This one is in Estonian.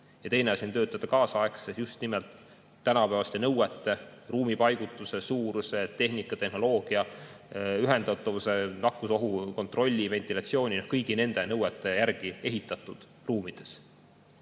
aga teine asi on töötada kaasaegses, just nimelt tänapäevaste nõuete – ruumipaigutuse, suuruse, tehnika, tehnoloogia, ühendatavuse, nakkusohukontrolli, ventilatsiooni mõttes – järgi ehitatud ruumides